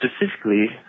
Specifically